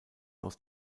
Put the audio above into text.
aus